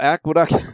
Aqueduct